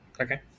Okay